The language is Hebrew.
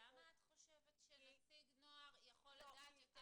למה את חושבת שנציג נוער יכול לדעת יותר